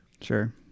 Sure